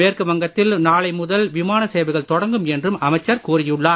மேற்கு வங்கத்தில் நாளை முதல் விமான சேவைகள் தொடங்கும் என்றும் அமைச்சர் கூறியுள்ளார்